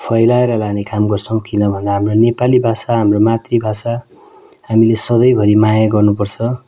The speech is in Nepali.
फैलाएर लाने काम गर्छौँ किनभन्दा नेपाली भाषा हाम्रो मातृभाषा हामीले सँधैभरि माया गर्नुपर्छ